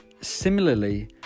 similarly